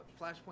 Flashpoint